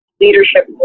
leadership